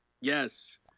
Yes